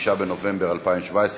6 בנובמבר 2017,